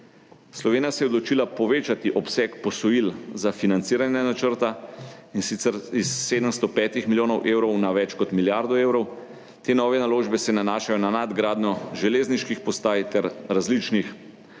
Slovenija se je odločila povečati obseg posojil za financiranje načrta, in sicer s 705 milijonov evrov na več kot milijardo evrov. Te nove naložbe se nanašajo na nadgradnjo železniških postaj ter različnih